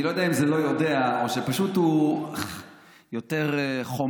אני לא יודע אם זה לא יודע או שפשוט הוא יותר חומל.